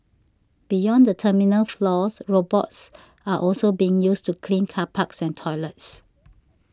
beyond the terminal floors robots are also being used to clean car parks and toilets